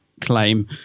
claim